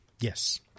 Yes